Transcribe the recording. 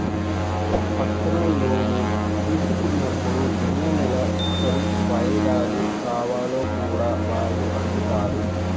personal loan తీసుకున్నప్పుడు ఎన్ని నెలసరి వాయిదాలు కావాలో కూడా వాళ్ళు అడుగుతారు